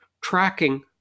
tracking